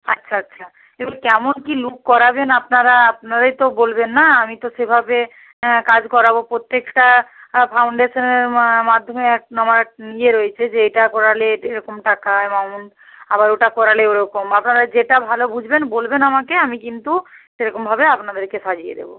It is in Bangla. আচ্ছা আচ্ছা দেখুন কেমন কী লুক করাবেন আপনারা আপনারাই তো বলবেন না আমি তো সেভাবে কাজ করাবো প্রত্যেকটা ফাউন্ডেশানের মাধ্যমে এক নমা ইয়ে রয়েছে যে এটা করালে এরকম টাকা অ্যামাউন্ট আবার ওটা করালে ওরকম আপনারা যেটা ভালো বুঝবেন বলবেন আমাকে আমি কিন্তু সেরকমভাবে আপনাদেরকে সাজিয়ে দেবো